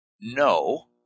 No